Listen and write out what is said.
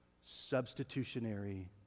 Substitutionary